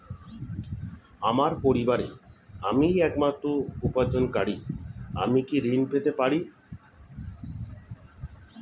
আমার পরিবারের আমি একমাত্র উপার্জনকারী আমি কি ঋণ পেতে পারি?